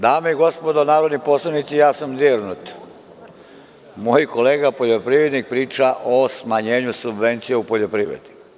Dame i gospodo narodni poslanici, ja sam dirnut - moj kolega poljoprivrednik priča o smanjenju subvencija u poljoprivredi.